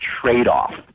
trade-off